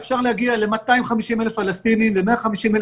אפשר להגיע ל-250,000 פלסטינים ו-150,000